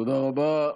תודה רבה.